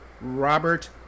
Robert